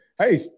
hey